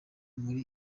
muri